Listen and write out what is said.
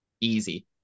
Easy